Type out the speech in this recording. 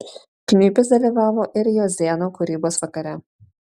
kniuipis dalyvavo ir jozėno kūrybos vakare